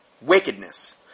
Wickedness